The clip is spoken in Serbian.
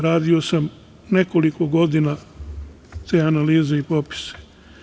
Radio sam nekoliko godina te analize i popise.